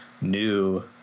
new